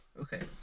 Okay